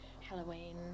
Halloween